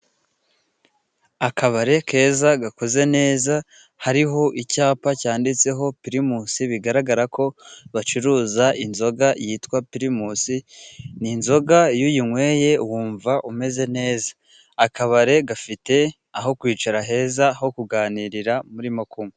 Akabare keza, gakoze neza, hariho icyapa cyanditseho pirimusi, bigaragara ko bacuruza inzoga yitwa pirimusi, iyi inzoga iyo uyinyweye wumva umeze neza. Akabari gafite aho kwicara heza, ho kuganirira murimo kunywa.